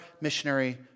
missionary